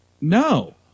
No